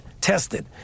tested